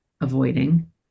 avoiding